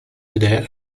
today